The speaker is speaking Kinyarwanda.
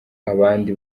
abandi